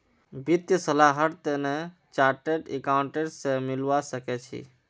वित्तीय सलाहर तने चार्टर्ड अकाउंटेंट स मिलवा सखे छि